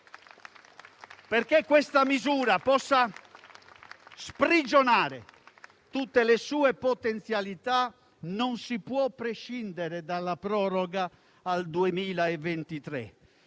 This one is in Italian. affinché questa misura possa sprigionare tutte le sue potenzialità, non si può prescindere dalla proroga al 2023.